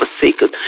Forsaken